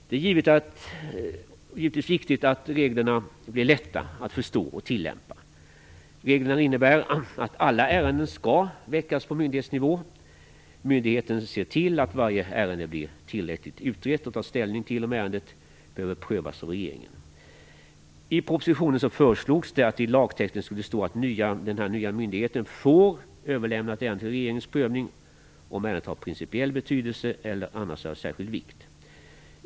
Det är givetvis viktigt att reglerna blir lätta att förstå och tillämpa. Reglerna innebär att alla ärenden skall väckas på myndighetsnivå. Myndigheten ser till att varje ärende blir tillräckligt utrett och tar ställning till om ärendet behöver prövas av regeringen. I propositionen föreslogs att det i lagtexten skulle stå att den nya myndigheten "får" överlämna ett ärende till regeringens prövning, om ärendet har principiell betydelse eller annars är av särskild vikt.